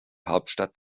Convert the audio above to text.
hauptstadt